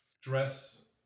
dress